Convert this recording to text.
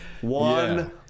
One